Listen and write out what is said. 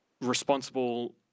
responsible